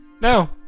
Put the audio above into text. No